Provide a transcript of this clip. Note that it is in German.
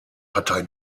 partei